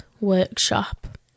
workshop